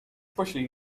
poślij